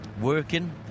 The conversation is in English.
working